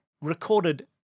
recorded